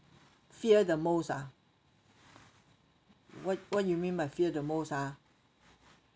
fear the most ah what what you mean by fear the most ah